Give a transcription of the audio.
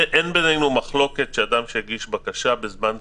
אין ביננו מחלוקת על כך שאדם שהגיש בקשה צריך לקבל מענה בזמן סביר.